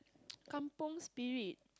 Kampung Spirit